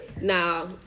Now